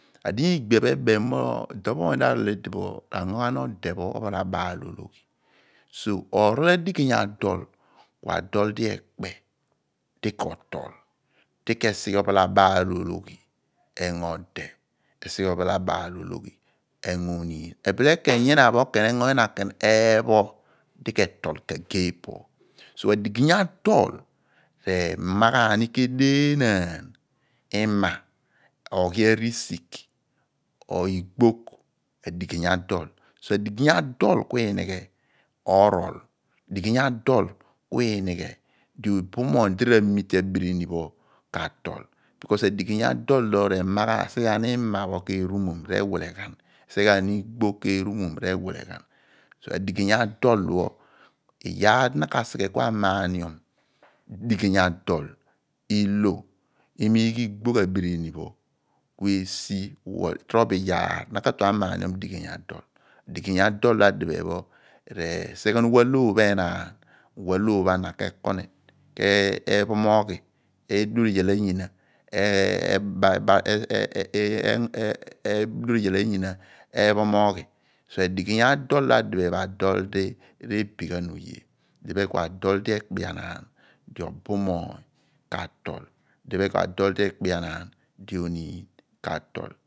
Adinya igbia pho ebem mo odo pho oony di aol idipho pho r'ango ghan ode pho ophalabaal ologhi so orol adigey adol ku adol di ekpe di kotol di k'esi ghe ophalabaal ologhi engo ode esighe ophalabaal ologhi engo ooniin bile ken nyina pho ken kengo nyina ken eepho di na ka tol kagee po ku adigey adol rema ghan ni kedeenaan ima oghiamsigh igbogh adigey adol so adigey adol ku iinighe orol adigey adol ku iimghe di obumoonu di r'amite abirmi pho k'atol because adigey adol pho r'esighe ghan ni ima pho k'erumom re/bila gham so adigety adol pho iyaar di na ka asighe ku amaanion digey adol i/lo emigh igbogh abirini phe ku eghi esi torobo iyaar na ka/tue amaanion adigey adol resighe ghan uwaloor pho enaan r'uwaloor pho ana ka connect eephomoghi k'edor iyar anyina ke bophoghi adigey adol pho adiphe pho adol di re/bi ghan oye diphe ku adol di ekpeanaan di obumoony k'atol adiphe ku adol di ekpe anaan di oo miin k'atol